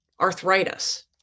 arthritis